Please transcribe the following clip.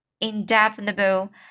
indefinable